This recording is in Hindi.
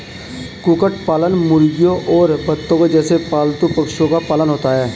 कुक्कुट पालन मुर्गियों और बत्तखों जैसे पालतू पक्षियों का पालन होता है